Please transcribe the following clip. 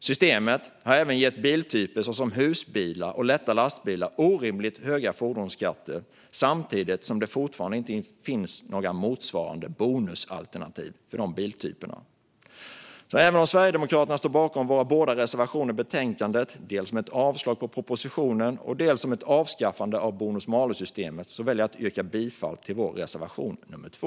Systemet har även gett biltyper såsom husbilar och lätta lastbilar orimligt höga fordonsskatter, samtidigt som det fortfarande inte finns några motsvarande bonusalternativ för de biltyperna. Även om Sverigedemokraterna står bakom våra båda reservationer i betänkandet, dels om ett avslag på propositionen, dels om ett avskaffande av bonus malus-systemet, väljer jag att yrka bifall endast till vår reservation nummer 2.